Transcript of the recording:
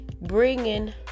bringing